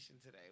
today